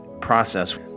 process